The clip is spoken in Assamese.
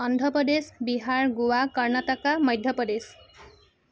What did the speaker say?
অন্ধ্ৰপ্ৰদেশ বিহাৰ গোৱা কৰ্ণাটকা মধ্য প্ৰদেশ